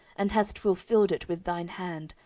and hast fulfilled it with thine hand,